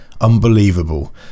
Unbelievable